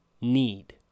need